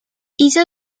hizo